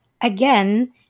again